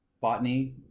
botany